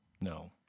No